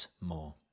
more